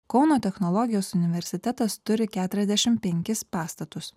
kauno technologijos universitetas turi keturiasdešim penkis pastatus